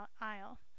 aisle